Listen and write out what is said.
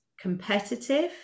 competitive